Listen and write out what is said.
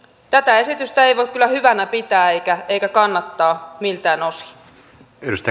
tätä esitystä ei voi kyllä hyvänä pitää eikä kannattaa miltään osin